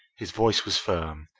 his voice was firm.